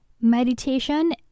Meditation